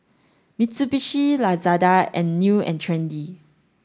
Mitsubishi Lazada and New and Trendy